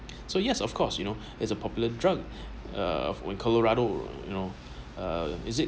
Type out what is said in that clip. so yes of course you know is a popular drug uh when Colorado you know uh is it